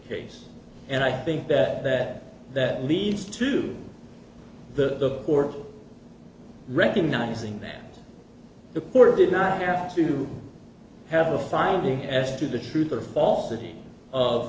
case and i think that that that leads to the poor recognizing that the court did not have to have a finding as to the truth or falsity of